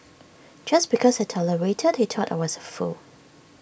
just because I tolerated he thought I was A fool